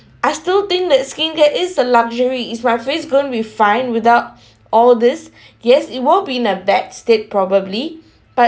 I still think that skincare is a luxury is my face going to be fine without all this yes it will be in a bad state probably but